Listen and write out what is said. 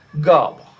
gobble